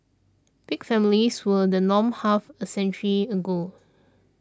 big families were the norm half a century ago